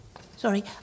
Sorry